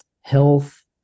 health